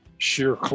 Sheer